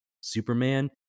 Superman